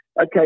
Okay